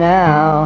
now